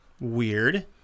Weird